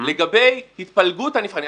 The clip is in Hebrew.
לגבי התפלגות הנבחנים,